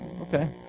okay